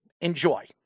Enjoy